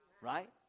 right